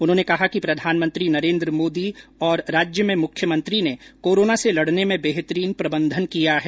उन्होंने कहा कि प्रधानमंत्री नरेन्द्र मोदी और राज्य में मुख्यमंत्री ने कोरोना से लड़ने में बेहतरीन प्रबंधन किया है